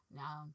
now